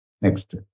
Next